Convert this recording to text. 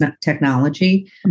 technology